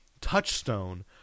touchstone